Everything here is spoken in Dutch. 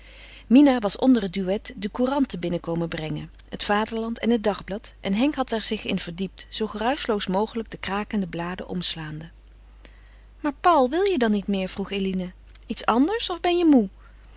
mina was onder het duet de couranten binnen komen brengen het vaderland en het dagblad en henk had er zich in verdiept zoo geruischloos mogelijk de krakende bladen omslaande maar paul wil je dan niet meer vroeg eline iets anders of ben je moê